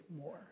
more